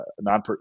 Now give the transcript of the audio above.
non